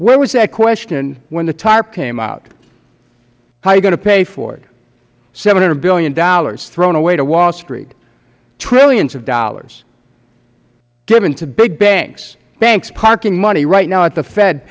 where was that question when the tarp came out how are you going to pay for it seven hundred billion dollars thrown away to wall street trillions of dollars given to big banks banks parking money right now at the fed